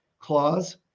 clause